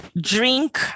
drink